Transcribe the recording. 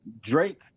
Drake